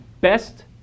best